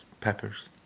peppers